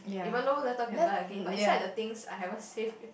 even though laptop can buy again but inside the things I haven't save